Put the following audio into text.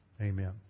Amen